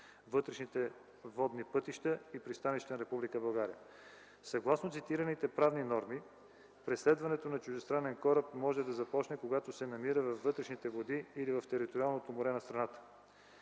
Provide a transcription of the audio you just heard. вътрешните водни пътища и пристанища на Република България. Съгласно цитираните правни норми преследването на чуждестранен кораб може да започне, когато се намира във вътрешните води или в териториалното море на страната.